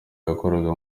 yakoraga